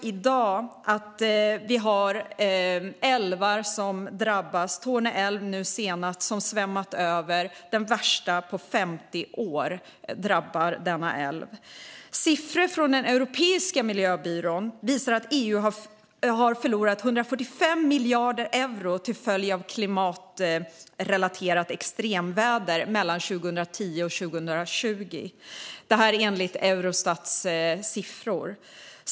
Nu senast Torne älv, där översvämningarna är de värsta på 50 år. Siffror från Europeiska miljöbyrån och Eurostat visar att EU har förlorat 145 miljarder euro till följd av klimatrelaterat extremväder mellan 2010 och 2020.